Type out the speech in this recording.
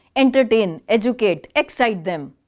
entertain, educate, excite them.